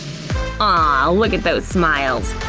ah look at those smiles!